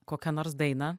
kokią nors dainą